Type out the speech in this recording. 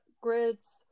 Grids